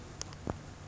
ya